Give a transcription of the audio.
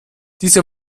diese